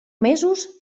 mesos